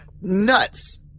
nuts